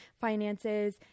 finances